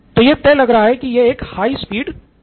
तो यह तय लग रहा की यह एक हाई स्पीड ट्रेन है